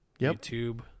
YouTube